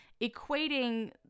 Equating